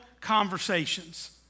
conversations